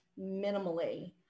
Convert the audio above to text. minimally